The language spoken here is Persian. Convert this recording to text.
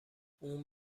اون